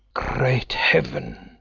great heaven!